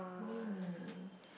very mean